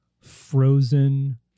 frozen